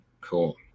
Cool